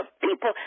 people